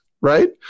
right